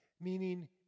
meaning